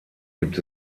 gibt